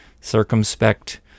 circumspect